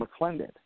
McClendon